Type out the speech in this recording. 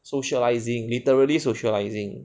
socializing literally socializing